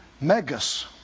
megas